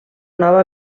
nova